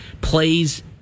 plays